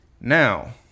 Now